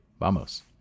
Vamos